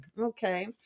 Okay